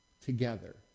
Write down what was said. together